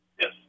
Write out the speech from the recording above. yes